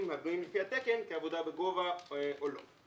הבנויים לפי התקן כעבודה בגובה או לא.